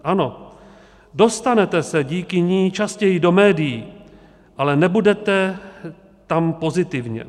Ano, dostanete se díky ní častěji do médií, ale nebudete tam pozitivně.